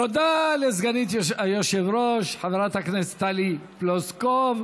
תודה לסגנית היושב-ראש חברת הכנסת טלי פלוסקוב.